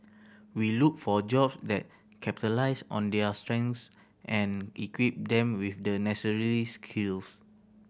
we look for job that capitalize on their strengths and equip them with the necessary skills